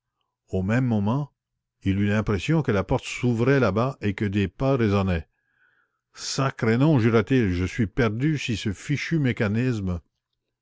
au même moment il eut l'impression que la porte s'ouvrait là-bas et que des pas résonnaient sacré nom jura t il je suis perdu si ce fichu mécanisme